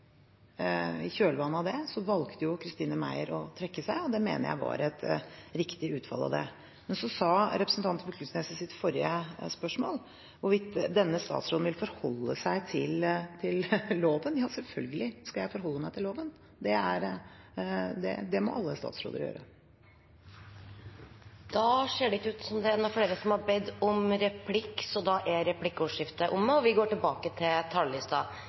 I kjølvannet av det valgte Christine Meyer å trekke seg, og det mener jeg var et riktig utfall av det. Men representanten Knag Fylkesnes sa i sitt forrige spørsmål noe om hvorvidt denne statsråden vil forholde seg til loven. Ja, selvfølgelig skal jeg forholde meg til loven. Det må alle statsråder gjøre. Replikkordskiftet er omme. Statistisk sentralbyrå har i sine 142 leveår levert viktig statistikkgrunnlag, ikke minst for lønnsoppgjørene. Sånn representerer byrået en kompetanse og en faglig infrastruktur som er